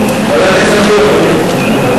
התוכנית הכלכלית לשנים 2009 ו-2010) (תיקון מס' 5),